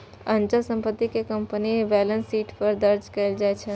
अचल संपत्ति कें कंपनीक बैलेंस शीट पर दर्ज कैल जाइ छै